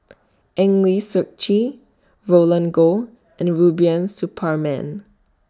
Eng Lee Seok Chee Roland Goh and Rubiah Suparman